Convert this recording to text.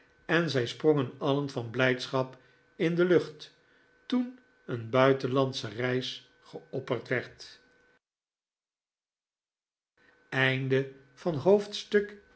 en zij sprongen alien van blijdschap in de lucht toen een buitenlandsche reis geopperd werd i hoofdstuk